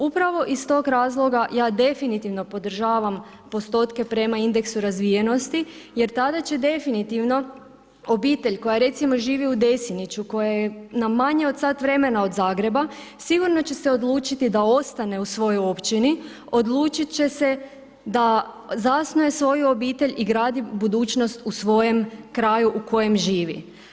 Upravo iz tog razloga ja definitivno podržavam postotke prema indeksu razvijenosti jer tada će definitivno obitelj koja recimo živi u Desiniću, koje je na manje od sat vremena od Zagreba, sigurno će se odlučiti da ostane u svojoj općini, odlučiti će se da zasnuje svoju obitelj i gradi budućnost u svojem kraju u kojem živi.